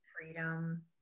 freedom